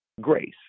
grace